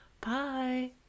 Bye